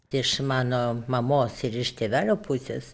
iš mano mamos ir iš tėvelio pusės